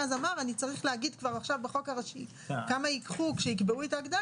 שזה מתוך ה-379 שקלים,